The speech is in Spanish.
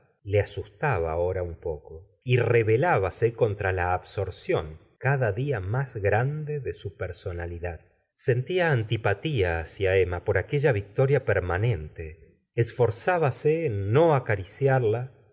le asustaba ahora un poco y rebelábase contra la absorción cada dia más grande de su personalidad sentía antipatía hacia emma por aquella victoria permanente s forzábase en no acariciarla